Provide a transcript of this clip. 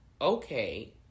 Okay